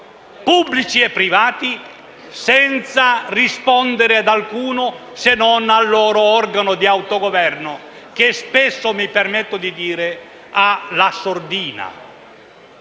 pubblici e privati senza rispondere ad alcuno, se non al loro organo di autogoverno, che spesso - mi permetto di dire - ha la sordina.